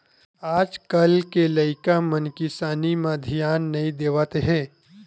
आज कल के लइका मन किसानी म धियान नइ देवत हे